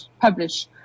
publish